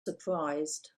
surprised